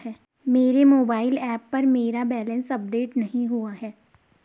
मेरे mobile app पर मेरा बैलेंस अपडेट नहीं हुआ है